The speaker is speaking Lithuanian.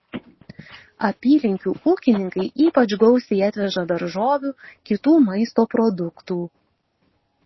apylinkių ūkininkai ypač gausiai atveža daržovių kitų maisto produktų